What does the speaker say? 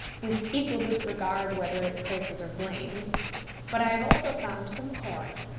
with equal disregard whether it praises or blames but i have also found some corn,